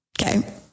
Okay